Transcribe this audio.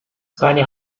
seine